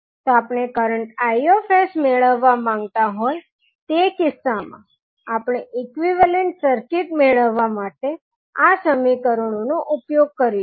તો આપણે current Is મેળવવા માંગતા હોય તે કિસ્સામાં આપણે ઇક્વીવેલેન્ન્ટ સર્કિટ મેળવવા માટે આ સમીકરણો નો ઉપયોગ કરીશું